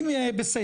אם יהיה בסדר,